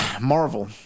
Marvel